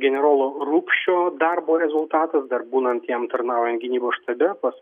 generolo rupšio darbo rezultatas dar būnant jam tarnaujant gynybos štabe pas